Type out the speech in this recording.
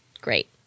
great